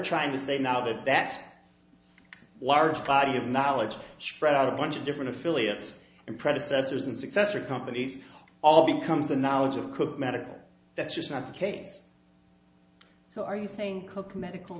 trying to say now that that large body of knowledge spread out a bunch of different affiliates and predecessors and successor companies all becomes the knowledge of cook medical that's just not the case so are you saying coke medical